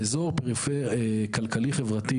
באזור כלכלי חברתי,